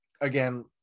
again